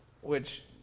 Which-